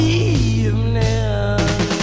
evening